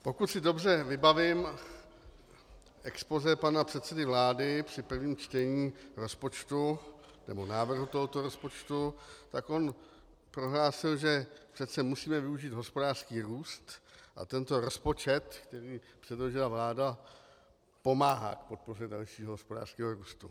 Pokud si dobře vybavím expozé pana předsedy vlády při prvním čtení návrhu tohoto rozpočtu, tak on prohlásil, že přece musíme využít hospodářský růst a tento rozpočet, který předložila vláda, pomáhá k podpoře dalšího hospodářského růstu.